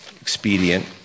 expedient